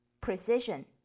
Precision